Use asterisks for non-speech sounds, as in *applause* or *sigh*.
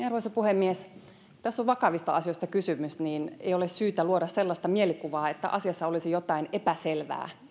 *unintelligible* arvoisa puhemies tässä on vakavista asioista kysymys ja ei ole syytä luoda sellaista mielikuvaa että asiassa olisi jotain epäselvää